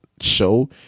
show